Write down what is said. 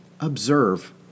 observe